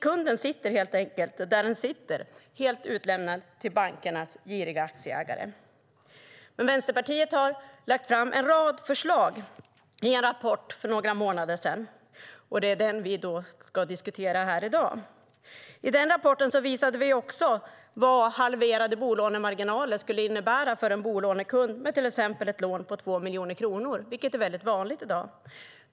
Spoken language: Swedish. Kunden sitter helt enkelt där den sitter, helt utlämnad till bankernas giriga aktieägare. Vänsterpartiet lade fram en rad förslag i en rapport för några månader sedan. Det är den vi ska diskutera i dag. I den rapporten visade vi också vad halverade bolånemarginaler skulle innebära för en bolånekund med till exempel ett lån på 2 miljoner kronor, vilket är vanligt i dag.